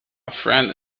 friend